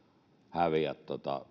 häviä